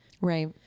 right